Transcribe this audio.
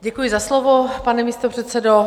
Děkuji za slovo, pane místopředsedo.